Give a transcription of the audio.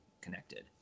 connected